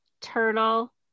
turtle